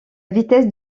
vitesse